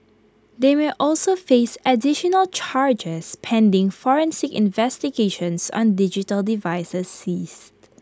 they may also face additional charges pending forensic investigations on digital devices seized